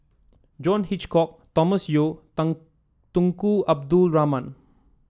John Hitchcock Thomas Yeo Tunku Abdul Rahman